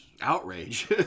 Outrage